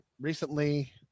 recently